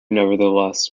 nevertheless